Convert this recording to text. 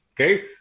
Okay